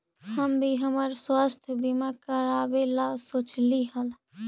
हम भी हमरा स्वास्थ्य बीमा करावे ला सोचली हल